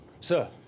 Sir